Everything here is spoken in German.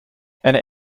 eine